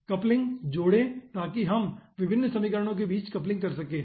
coupling जोड़ें ताकि यहाँ हम विभिन्न समीकरणों के बीच कपलिंग कर सकें